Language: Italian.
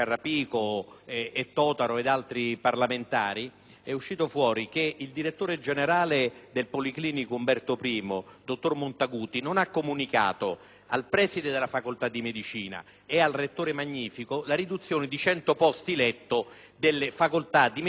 finestra")) che il direttore generale del Policlinico di RomaUmberto I, dottor Montaguti, non ha comunicato al preside della facoltà di medicina e al rettore magnifico la riduzione di 100 posti letto della prima e seconda facoltà di medicina,